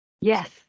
Yes